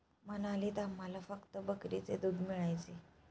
मनालीत आम्हाला फक्त बकरीचे दूध मिळायचे